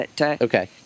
Okay